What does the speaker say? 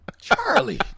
Charlie